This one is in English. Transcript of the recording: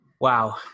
Wow